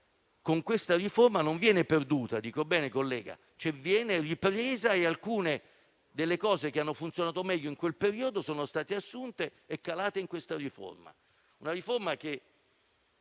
con questa riforma non viene perduta, ma viene ripresa e alcune delle cose che hanno funzionato meglio in quel periodo sono state assunte e calate in questa riforma. È una riforma che,